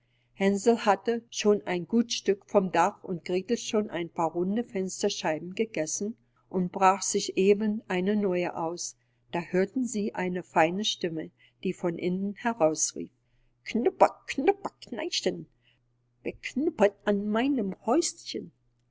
hänsel hatte schon ein gut stück vom dach und gretel schon ein paar runde fensterscheiben gegessen und brach sich eben eine neue aus da hörten sie eine feine stimme die von innen herausrief knuper knuper kneischen wer knupert an meinem häuschen